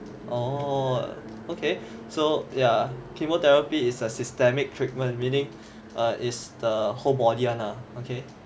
oh okay so yeah chemotherapy is a systemic treatment meaning err is the whole body one ah okay